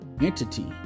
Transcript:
entity